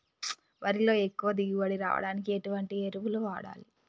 వరిలో ఎక్కువ దిగుబడి రావడానికి ఎటువంటి ఎరువులు వాడాలి?